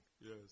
Yes